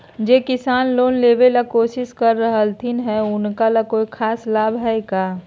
जे किसान लोन लेबे ला कोसिस कर रहलथिन हे उनका ला कोई खास लाभ हइ का?